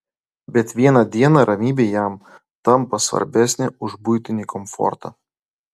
bet vieną dieną ramybė jam tampa svarbesnė už buitinį komfortą